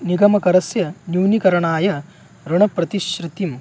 निगमकरस्य न्यूनीकरणाय ऋणप्रतिश्रितम्